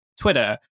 Twitter